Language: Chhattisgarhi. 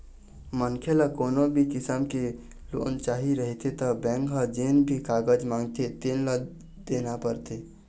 मनखे ल कोनो भी किसम के लोन चाही रहिथे त बेंक ह जेन भी कागज मांगथे तेन ल देना परथे